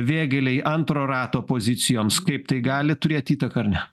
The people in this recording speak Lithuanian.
vėgėlei antro rato pozicijoms kaip tai gali turėt įtaką ar ne